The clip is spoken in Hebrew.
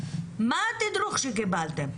מה התדרוך שקיבלתם?